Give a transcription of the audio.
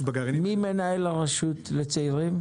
מי מנהל הרשות לצעירים?